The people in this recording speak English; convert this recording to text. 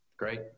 Great